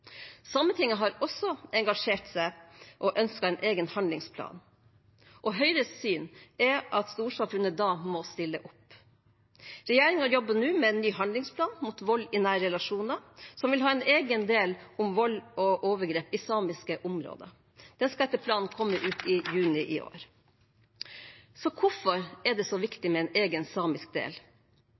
har også engasjert seg og ønsket en egen handlingsplan, og Høyres syn er at storsamfunnet må stille opp. Regjeringen jobber nå med en ny handlingsplan mot vold i nære relasjoner som vil ha en egen del om vold og overgrep i samiske områder. Den skal etter planen komme i juni i år. Hvorfor er det viktig med en egen samisk del?